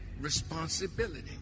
responsibility